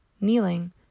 kneeling